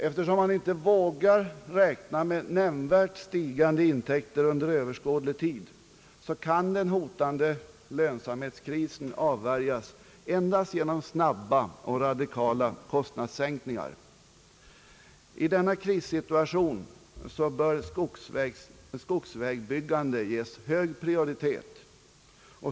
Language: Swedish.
Eftersom man inte vågar räkna med nämnvärt stigande intäkter under överskådlig tid kan den hotande lönsamhetskrisen avvärjas endast genom snabba och radikala kostnadssänkningar. I denna krissituation bör skogsvägbyggande ges hög prioritet.